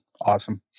awesome